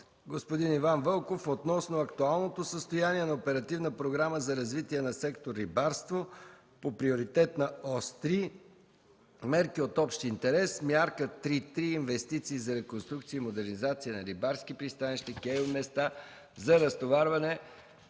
господин Иван Вълков относно актуалното състояние на Оперативна програма за развитие на сектор „Рибарство” по Приоритетна ос 3 „Мерки от общ интерес”, Мярка 3.3 „Инвестиции за реконструкция и модернизация на рибарски пристанища, кейови места за разтоварване